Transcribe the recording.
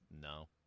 No